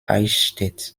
eichstätt